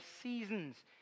seasons